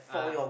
ah